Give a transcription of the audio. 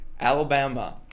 Alabama